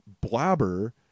Blabber